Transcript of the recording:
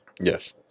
Yes